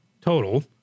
total